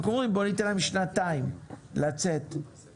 אנחנו אומרים בוא ניתן להם שנתיים לצאת מהגידול,